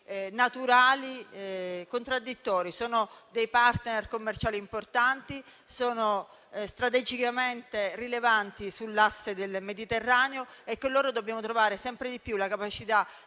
naturale controparte, sono dei *partner* commerciali importanti, sono strategicamente rilevanti sull'asse del Mediterraneo. Con loro dobbiamo cercare sempre di più di